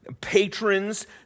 patrons